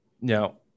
No